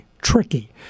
tricky